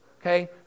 okay